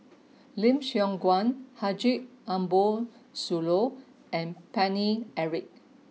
Lim Siong Guan Haji Ambo Sooloh and Paine Eric